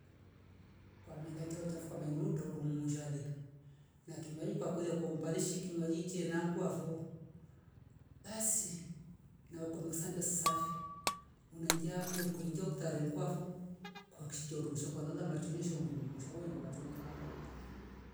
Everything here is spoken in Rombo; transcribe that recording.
Kwa mila chaochavu kamenu ndoundungshale na kinywaji kwakela kwa umbali shiki kinywaji che nangua vo basi nau kumkusambia safi unaingia wori kuinjo kutale nkwafo kwa kshio ndungusha kwalala machunisho ndungusha waira machunu kama kawaida